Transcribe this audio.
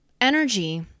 energy